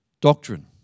doctrine